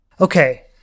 Okay